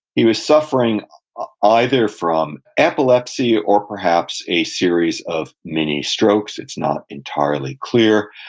he was suffering either from epilepsy or perhaps a series of mini-strokes, it's not entirely clear,